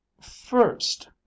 First